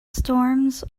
storms